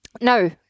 no